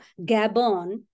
Gabon